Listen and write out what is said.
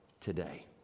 today